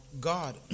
God